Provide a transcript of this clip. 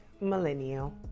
millennial